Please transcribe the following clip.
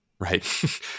Right